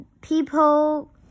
people